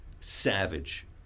savage